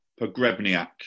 Pogrebniak